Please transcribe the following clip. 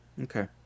Okay